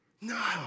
No